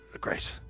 great